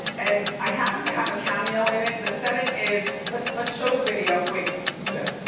and, i happened to have a cameo in it. the setting is, let's let's show the video. wait, do that.